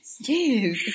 Yes